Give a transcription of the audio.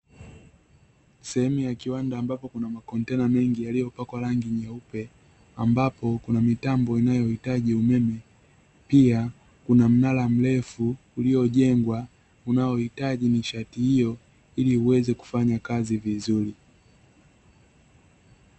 Sehemu ya kiwanda ambapo kuna makontena mengi yaliyopakwa rangi nyeupe, ambapo kuna mitambo inayohitaji umeme. Pia kuna mnara mrefu uliojengwa, unaohitaji nishati hiyo, ili uweze kufanya kazi vizuri.